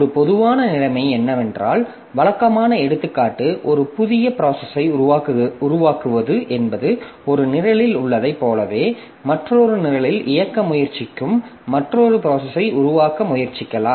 ஒரு பொதுவான நிலைமை என்னவென்றால் வழக்கமான எடுத்துக்காட்டு ஒரு புதிய ப்ராசஸை உருவாக்குவது என்பது ஒரு நிரலில் உள்ளதைப் போலவே மற்றொரு நிரலை இயக்க முயற்சிக்கும் மற்றொரு ப்ராசஸை உருவாக்க முயற்சிக்கலாம்